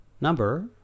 number